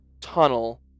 tunnel